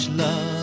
love